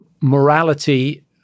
morality